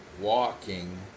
walking